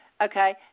okay